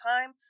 time